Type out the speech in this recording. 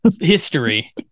history